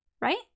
right